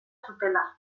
zutela